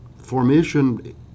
formation